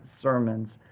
sermons